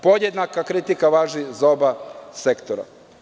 Podjednaka kritika važi za oba sektora.